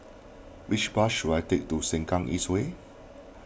which bus should I take to Sengkang East Way